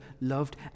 loved